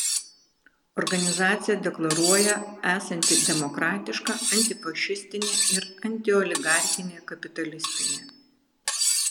organizacija deklaruoja esanti demokratiška antifašistinė ir antioligarchinė kapitalistinė